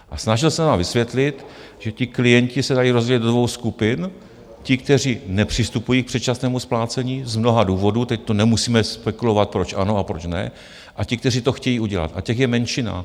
A snažil se vám vysvětlit, že ti klienti se dají rozdělit do dvou skupin ti, kteří nepřistupují k předčasnému splácení z mnoha důvodů teď tu nemusíme spekulovat, proč ano a proč ne a ti, kteří to chtějí udělat, a těch je menšina.